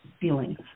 feelings